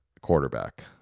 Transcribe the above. quarterback